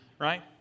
Right